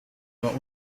war